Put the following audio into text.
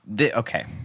okay